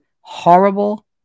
horrible